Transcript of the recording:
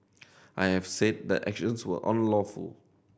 I have said the actions were unlawful